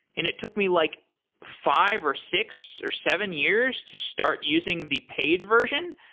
and it took me like five, or six, or seven years to start using the paid version.